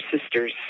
sister's